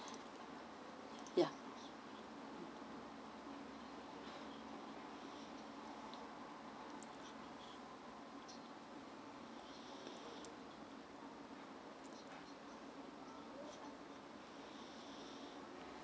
ya